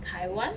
Taiwan